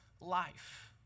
life